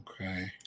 Okay